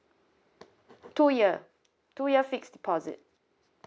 two year two year fixed deposit